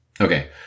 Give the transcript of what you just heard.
Okay